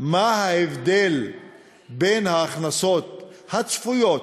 מה ההבדל בין ההכנסות הצפויות,